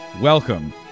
welcome